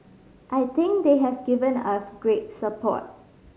I think they have given us great support